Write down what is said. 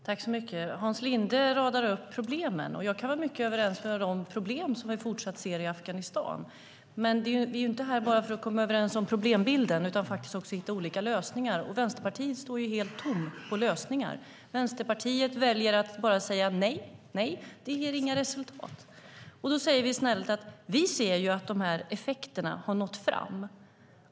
Herr talman! Hans Linde radar upp problemen. Jag kan vara mycket överens med honom om de problem vi fortsatt ser i Afghanistan, men vi är inte här bara för att komma överens om problembilden utan faktiskt också för att hitta olika lösningar. Vänsterpartiet står ju helt tomt på lösningar. Vänsterpartiet väljer att bara säga nej. Det ger inga resultat. Då säger vi snällt att vi ser att effekterna har nått fram.